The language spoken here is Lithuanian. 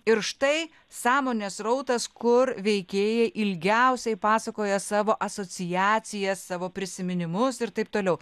ir štai sąmonės srautas kur veikėjai ilgiausiai pasakoja savo asociacijas savo prisiminimus ir taip toliau